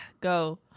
Go